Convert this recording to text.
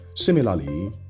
Similarly